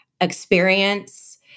experience